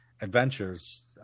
adventures